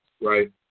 right